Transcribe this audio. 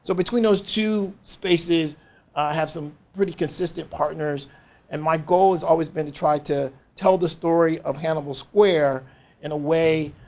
so between those two spaces i have some pretty consistent partners and my goal has always been to try to tell the story of hannibal square in a way,